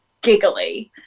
giggly